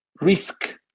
risk